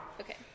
Okay